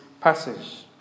passage